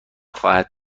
خواهد